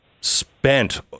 spent